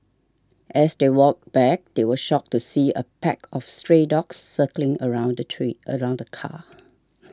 as they walked back they were shocked to see a pack of stray dogs circling around the tree around the car